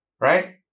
right